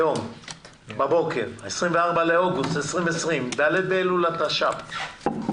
היום 24 באוגוסט 2020, ד' באלול התש"ף.